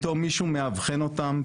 פתאום מישהו מאבחן אותם.